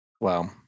Wow